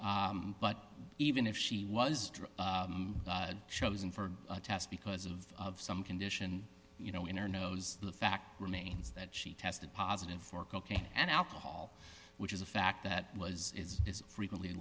but even if she was chosen for a test because of some condition you know in her nose the fact remains that she tested positive for cocaine and alcohol which is a fact that was frequently